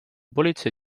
politsei